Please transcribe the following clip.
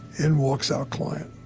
in walks our client.